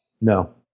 No